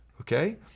okay